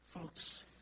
Folks